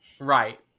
Right